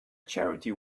charity